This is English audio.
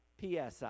PSI